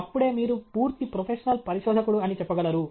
అప్పుడే మీరు పూర్తి ప్రొఫెషనల్ పరిశోధకుడు అని చెప్పగలరు